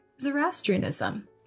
Zoroastrianism